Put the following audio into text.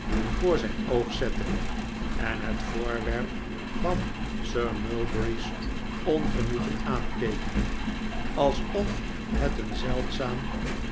voor zijn oog zette en het voorwerp van sir mulberry's ongenoegen aankeek alsof het een zeldzaam